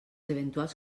eventuals